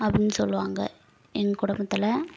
அப்படின்னு சொல்லுவாங்க எங்கள் குடும்பத்தில்